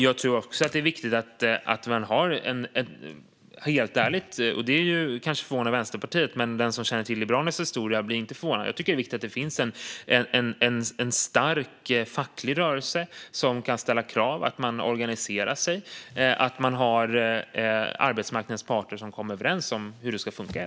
Jag tycker också att det är viktigt - detta kanske förvånar Vänsterpartiet, men den som känner till Liberalernas historia blir inte förvånad - att det finns en stark facklig rörelse som kan ställa krav, att man organiserar sig och att arbetsmarknadens parter kommer överens om hur det ska funka.